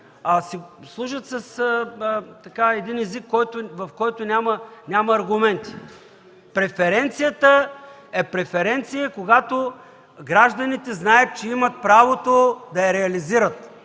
служат с език, в който няма аргументи. Преференцията е такава, когато гражданите знаят, че имат правото да я реализират.